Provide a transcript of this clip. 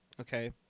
Okay